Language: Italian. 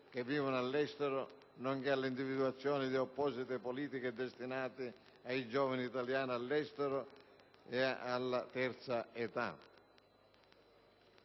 che vivono all'estero, nonché all'individuazione di apposite politiche destinate ai giovani italiani all'estero e alla terza età.